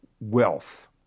wealth